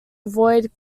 avoid